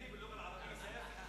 תתכלם אל-לוע'ה אל-ערבייה?